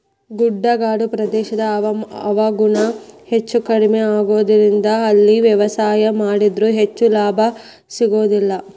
ಗುಡ್ಡಗಾಡು ಪ್ರದೇಶದ ಹವಾಗುಣ ಹೆಚ್ಚುಕಡಿಮಿ ಆಗೋದರಿಂದ ಅಲ್ಲಿ ವ್ಯವಸಾಯ ಮಾಡಿದ್ರು ಹೆಚ್ಚಗಿ ಲಾಭ ಸಿಗೋದಿಲ್ಲ